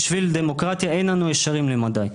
בשביל דמוקרטיה אין אנו ישרים למדי".